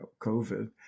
COVID